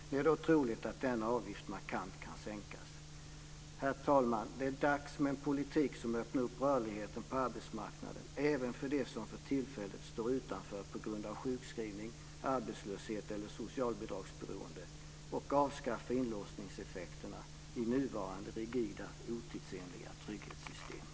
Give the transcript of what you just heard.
Det är då troligt att denna avgift markant kan sänkas. Herr talman! Det är dags för en politik som öppnar rörligheten på arbetsmarknaden, även för dem som för tillfället står utanför på grund av sjukskrivning, arbetslöshet eller socialbidragsberoende, och avskaffar inlåsningseffekterna i nuvarande rigida och otidsenliga trygghetssystem.